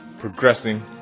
progressing